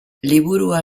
liburua